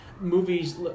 movies